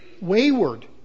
wayward